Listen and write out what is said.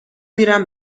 میرم